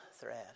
thread